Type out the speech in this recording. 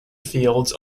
fields